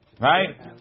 Right